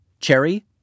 Cherry